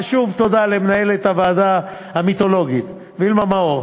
ושוב תודה למנהלת הוועדה המיתולוגית וילמה מאור,